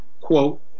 quote